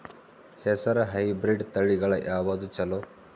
ಹೆಸರ ಹೈಬ್ರಿಡ್ ತಳಿಗಳ ಯಾವದು ಚಲೋ?